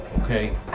okay